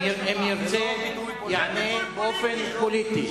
אם ירצה, יענה באופן פוליטי.